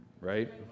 Right